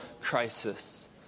crisis